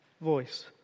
voice